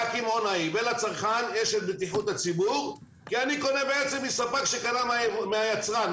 לקמעונאים ולצרכן יש את בטיחות הציבור כי אני קונה מספק שקנה מהיצרן.